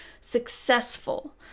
successful